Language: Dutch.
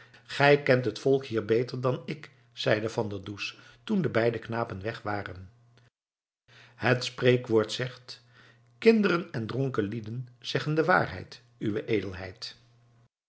gij kent het volk hier beter dan ik zeide van der does toen de beide knapen weg waren het spreekwoord zegt kinderen en dronken lieden zeggen de waarheid uwe edelheid